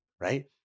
right